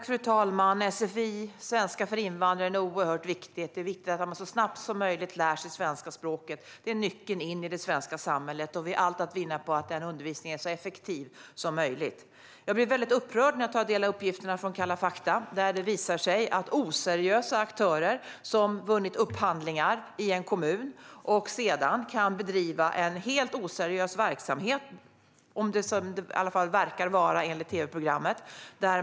Fru talman! Sfi, svenska för invandrare, är oerhört viktigt. Det är viktigt att människor så snabbt som möjligt lär sig svenska språket. Det är nyckeln in i det svenska samhället. Vi har allt att vinna på att den undervisningen är så effektiv som möjligt. Jag blir väldigt upprörd när jag tar del av uppgifterna från Kalla fakta där det visar sig att oseriösa aktörer som vunnit upphandlingar i en kommun sedan kan bedriva en helt oseriös verksamhet, i varje fall som det verkar vara enligt tv-programmet.